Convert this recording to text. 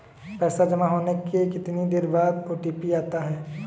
पैसा जमा होने के कितनी देर बाद ओ.टी.पी आता है?